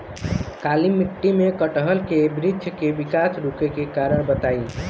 काली मिट्टी में कटहल के बृच्छ के विकास रुके के कारण बताई?